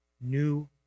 New